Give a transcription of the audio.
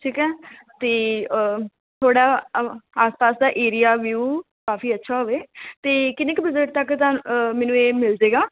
ਠੀਕ ਹੈ ਅਤੇ ਥੋੜਾ ਅ ਆਸ ਪਾਸ ਦਾ ਏਰੀਆ ਵਿਊ ਕਾਫੀ ਅੱਛਾ ਹੋਵੇ ਅਤੇ ਕਿੰਨੇ ਕੁ ਬਜ਼ਟ ਦਾ ਤੱਕ ਮੈਨੂੰ ਇਹ ਮਿਲ ਜਾਏਗਾ